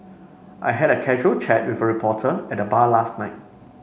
I had a casual chat with a reporter at the bar last night